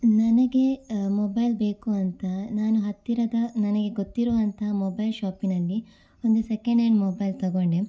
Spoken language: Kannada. ನನಗೆ ಮೊಬೈಲ್ ಬೇಕು ಅಂತ ನಾನು ಹತ್ತಿರದ ನನಗೆ ಗೊತ್ತಿರುವಂಥ ಮೊಬೈಲ್ ಶಾಪಿನಲ್ಲಿ ಒಂದು ಸೆಕೆಂಡ್ ಆ್ಯಂಡ್ ಮೊಬೈಲ್ ತೊಗೊಂಡೆ